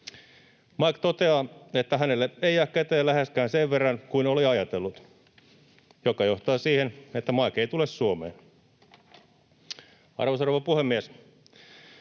Mike toteaa, että hänelle ei jää käteen läheskään sen verran kuin oli ajatellut, mikä johtaa siihen, että Mike ei tule Suomeen. Arvoisa rouva puhemies!